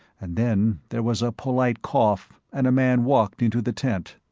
and then there was a polite cough and a man walked into the tent.